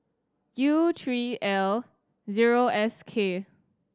U three L zero S K